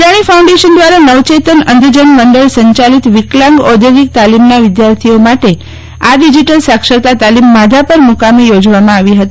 Adani foundation દ્વારા નવચેતન અંધજનમંડળ સંચાલિત વિકલાંગ ઔધોગિક તાલીમનાંવિધાર્થીઓ માટે આ ડીઝીટલ સાક્ષરતા તાલીમ માધાપર મુકામે પ્રયોજવામાં આવી હતી